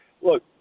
look